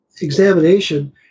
examination